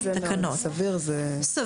סביר.